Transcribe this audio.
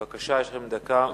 בבקשה, יש לכם דקה מהמקום.